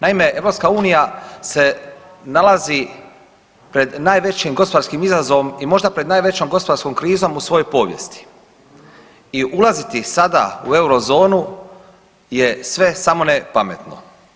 Naime, EU se nalazi pred najvećim gospodarskim izazovom i možda pred najvećom gospodarskom krizom u svojoj povijesti i ulaziti sada u eurozonu je sve samo ne pametno.